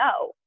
no